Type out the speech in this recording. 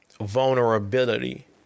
vulnerability